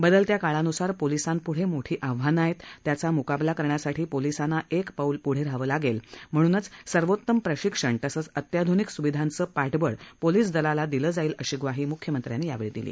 बदलत्या काळानुसार पोलिसांपुढे मोठी आव्हानं आहेत त्याचा मुकाबला करण्यासाठी पोलिसांना एक पाऊल पुढे रहावं लागेल म्हणूनच सर्वोत्तम प्रशिक्षण तसंच अत्याधुनिक सुविधांचं पाठबळ पोलीस दलाला दिलं जाईल अशी ग्वाही मुख्यमंत्र्यांनी यावेळी दिली